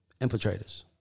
Infiltrators